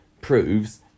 proves